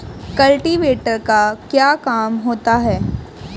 Cultivator का क्या काम होता है?